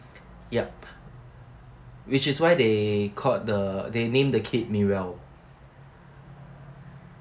yup which is why they called the they name the kid miral